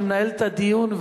אני מנהל את הדיון,